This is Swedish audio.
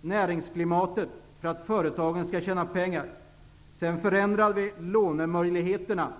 näringsklimatet för att företagen skall kunna tjäna pengar. Vi förändrar också lånemöjligheterna.